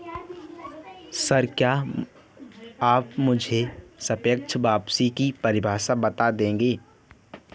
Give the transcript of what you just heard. Sir, क्या आप मुझे सापेक्ष वापसी की परिभाषा बता देंगे?